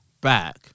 back